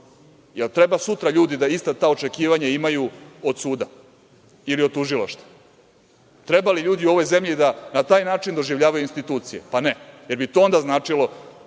treba sutra ljudi da ista ta očekivanja imaju od suda ili od tužilaštva? Treba li ljudi u ovoj zemlji da na taj način doživljavaju institucije? Pa ne. Jel bi to onda značilo